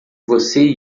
você